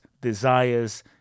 desires